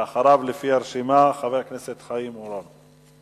ואחריו לפי הרשימה, חבר הכנסת חיים אורון.